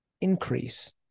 increase